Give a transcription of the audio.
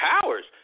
powers